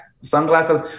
sunglasses